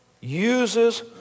uses